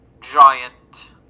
Giant